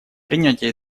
принятие